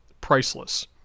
priceless